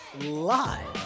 live